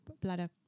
bladder